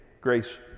grace